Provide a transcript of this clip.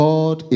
God